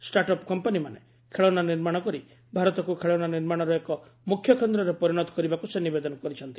startup କମ୍ପାନିମାନେ ଖେଳଣା ନିର୍ମାଣ କରି ଭାରତକୁ ଖେଳଣା ନିର୍ମାଣର ଏକ ମୁଖ୍ୟ କେନ୍ଦ୍ରରେ ପରିଣତ କରିବାକୁ ସେ ନିବେଦନ କରିଛନ୍ତି